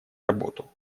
работу